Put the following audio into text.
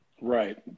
Right